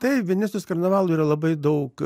tai venecijos karnavalų yra labai daug